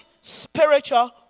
spiritual